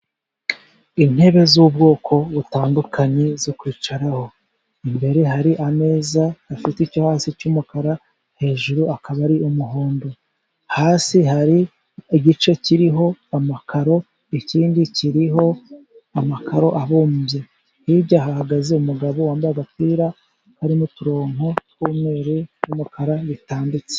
Intebe z'ubwoko butandukanye zo kwicaraho. Imbere hari ameza afite icyo hasi cy'umukara, hejuru akaba ari umuhondo. Hasi hari igice kiriho amakaro, ikindi kiriho amakaro abumbye. Hirya hahagaze umugabo wambaye agapira karimo uturongo tw'umweru n'umukara bitambitse.